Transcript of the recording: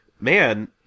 Man